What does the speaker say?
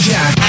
Jack